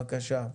בבקשה.